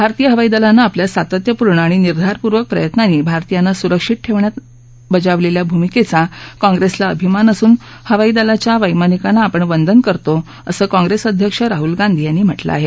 भारतीय हवाई दलानं आपल्या सातत्यपूर्ण आणि निर्धारपूर्वक प्रयत्नांनी भारतीयांना सुरक्षित ठेवण्यात बजावलेल्या भूमिकेचा काँप्रेसला अभिमान असून हवाई दलाच्या वैमानिकांना आपण वंदन करतो असं काँप्रेस अध्यक्ष राहल गांधी यांनी म्हटलं आहे